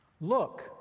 Look